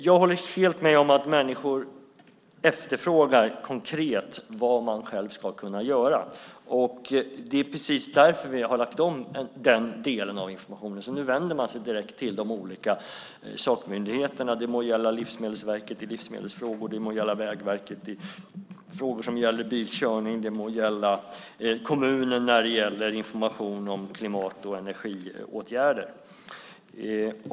Jag håller helt med om att människor efterfrågar vad de själva konkret kan göra. Det är just därför vi har lagt om den delen av informationen. Nu vänder man sig direkt till de olika sakmyndigheterna som Livsmedelsverket i livsmedelsfrågor, Vägverket i frågor som rör bilkörning och kommunen när det gäller information om klimat och energiåtgärder.